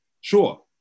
sure